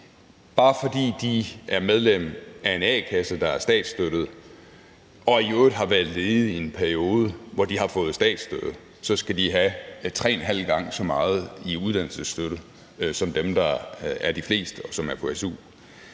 Bare fordi de er medlem af en a-kasse, der er statsstøttet, og i øvrigt har været ledige i en periode, hvor de har fået statsstøtte, så skal de have 3,5 gange så meget i uddannelsesstøtte som dem, der er de fleste, og som er på su.